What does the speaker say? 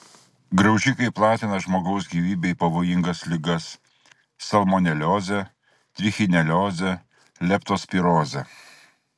graužikai platina žmogaus gyvybei pavojingas ligas salmoneliozę trichineliozę leptospirozę